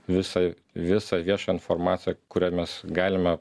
visą visą viešą informaciją kuria mes galime